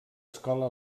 escola